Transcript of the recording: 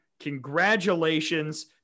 congratulations